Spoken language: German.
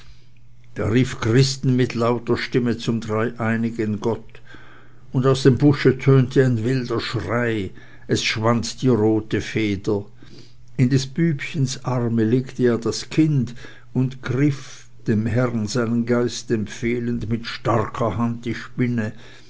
da rief christen mit lauter stimme zum dreieinigen gott und aus dem busche tönte ein wilder schrei es schwand die rote feder in des bübchens arme legte er das kind und griff dem herren seinen geist empfehlend mit starker hand die spinne